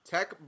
Tech